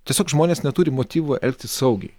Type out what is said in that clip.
tiesiog žmonės neturi motyvų elgtis saugiai